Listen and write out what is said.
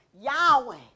Yahweh